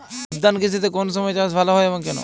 উদ্যান কৃষিতে কোন সময় চাষ ভালো হয় এবং কেনো?